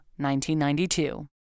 1992